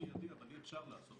ביני לבינו כדי שאני אוכל לפנות